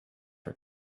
her